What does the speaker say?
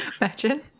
imagine